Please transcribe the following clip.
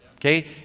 Okay